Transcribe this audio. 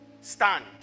stand